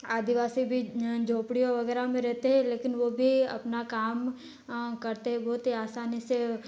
आदिवासी भी झोपड़ियों वगैरह में रहते हैं लेकिन वो भी अपना काम करते हैं बहुत ही आसानी से